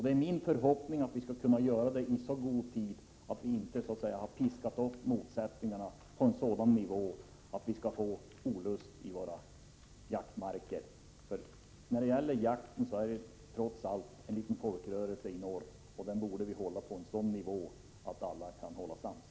Det är min förhoppning att problemen skall kunna lösas i god tid, innan motsättningarna har piskats upp till en sådan nivå att vi får olust i våra jaktmarker. Jakten är trots allt en liten folkrörelse. Vi borde hålla det hela på en sådan nivå att alla kan vara sams.